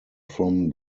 from